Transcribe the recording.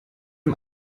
dem